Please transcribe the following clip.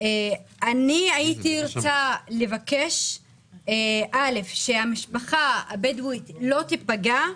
אני הייתי רוצה לבקש שהמשפחה הבדואית לא תיפגע.